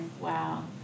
wow